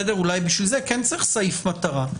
אולי בשביל זה כן צריך סעיף מטרה.